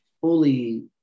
fully